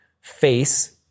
face